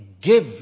give